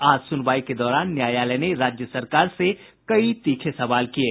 आज सुनवाई के दौरान न्यायालय ने राज्य सरकार से कई तीखे सवाल किये